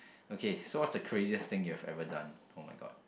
okay so what's the craziest thing you've ever done [oh]-my-god